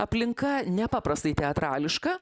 aplinka nepaprastai teatrališka